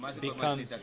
become